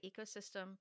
ecosystem